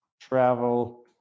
travel